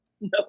No